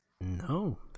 No